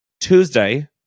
Tuesday